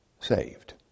saved